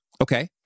Okay